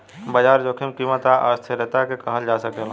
बाजार जोखिम कीमत आ अस्थिरता के कहल जा सकेला